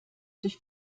durch